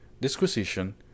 disquisition